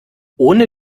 ohne